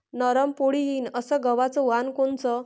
नरम पोळी येईन अस गवाचं वान कोनचं?